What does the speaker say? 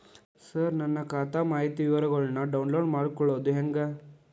ಸರ ನನ್ನ ಖಾತಾ ಮಾಹಿತಿ ವಿವರಗೊಳ್ನ, ಡೌನ್ಲೋಡ್ ಮಾಡ್ಕೊಳೋದು ಹೆಂಗ?